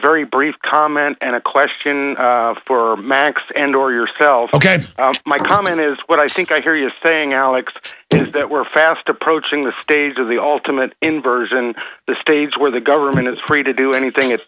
very brief comment and a question for max and or yourself ok my comment is what i think i hear you saying alex that we're fast approaching the stage of the all timid inversion the stage where the government is free to do anything it